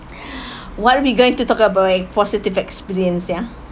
what are we going to talk about a positive experience ya